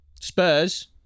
Spurs